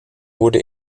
wurde